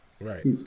Right